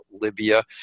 Libya